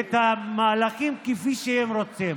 את המהלכים כפי שהם רוצים.